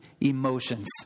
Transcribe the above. emotions